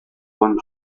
con